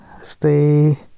Stay